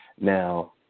Now